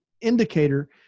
indicator